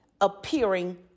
appearing